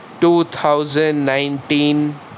2019